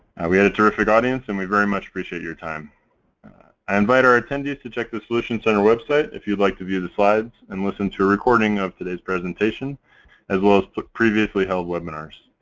we had a terrific audience and we very much appreciate your time. i invite our attendees to check the solutions center website if you'd like to view the slides and listen to a recording of today's presentation as well as previously-held webinars.